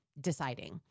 deciding